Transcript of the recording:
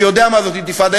שיודע מה זאת אינתיפאדה,